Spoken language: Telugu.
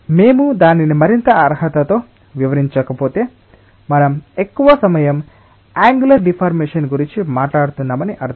మేము దానిని మరింత అర్హతతో వివరించకపోతే మనం ఎక్కువ సమయం అన్గులర్ డిఫార్మేషన్ గురించి మాట్లాడుతున్నామని అర్థం